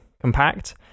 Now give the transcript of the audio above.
compact